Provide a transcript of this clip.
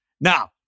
Now